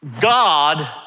God